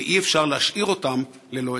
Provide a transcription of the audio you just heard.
ואי-אפשר להשאיר אותם ללא עזרה.